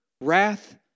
wrath